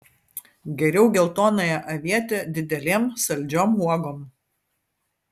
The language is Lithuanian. geriau geltonąją avietę didelėm saldžiom uogom